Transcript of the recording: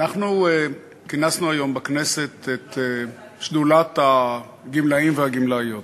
אנחנו כינסנו היום בכנסת את שדולת הגמלאים והגמלאיות,